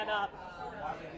up